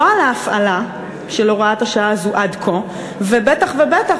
לא על ההפעלה של הוראת השעה הזאת עד כה ובטח ובטח